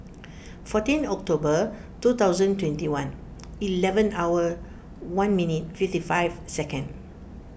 fourteen October two thousand twenty one eleven hour one minute fifty five second